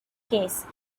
case